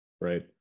right